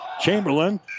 Chamberlain